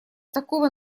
такого